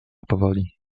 powoli